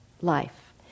life